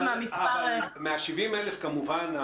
מה-70,000 כמובן,